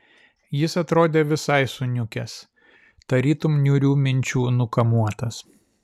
jis atrodė visai suniukęs tarytum niūrių minčių nukamuotas